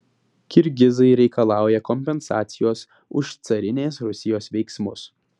kirgizai reikalauja kompensacijos už carinės rusijos veiksmus